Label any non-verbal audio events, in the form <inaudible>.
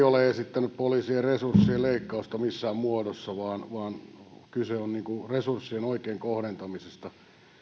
<unintelligible> ole esittänyt poliisien resurssien leikkausta missään muodossa vaan vaan kyse on resurssien oikein kohdentamisesta